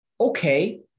okay